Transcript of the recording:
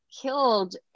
killed